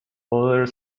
other